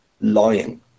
lying